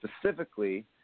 specifically